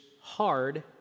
hard